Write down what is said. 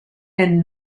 and